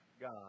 God